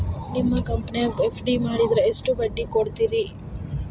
ನಿಮ್ಮ ಕಂಪನ್ಯಾಗ ಎಫ್.ಡಿ ಮಾಡಿದ್ರ ಎಷ್ಟು ಬಡ್ಡಿ ಕೊಡ್ತೇರಿ?